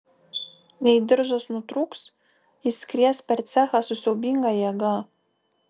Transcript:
jei diržas nutrūks jis skries per cechą su siaubinga jėga